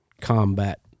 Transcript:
combat